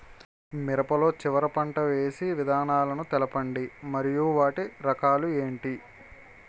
మిరప లో చివర పంట వేసి విధానాలను తెలపండి మరియు వాటి రకాలు ఏంటి